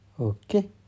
Okay